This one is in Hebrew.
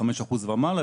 5% ומעלה.